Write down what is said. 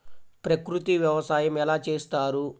ప్రకృతి వ్యవసాయం ఎలా చేస్తారు?